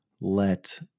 let